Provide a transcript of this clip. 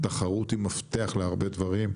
תחרות היא מפתח להרבה דברים,